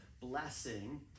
blessing—